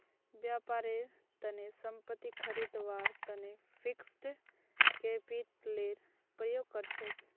व्यापारेर तने संपत्ति खरीदवार तने फिक्स्ड कैपितलेर प्रयोग कर छेक